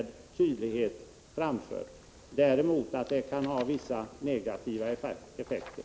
De har också anfört att en statlig auktorisation däremot kan ha vissa negativa effekter.